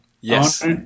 Yes